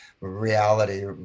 reality